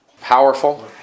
Powerful